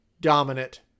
dominant